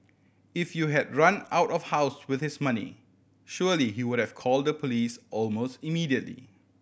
if you had run out of house with his money surely he would have called the police almost immediately